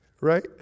right